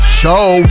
show